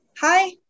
Hi